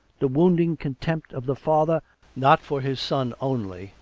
the wounding contempt of the father not for his son only,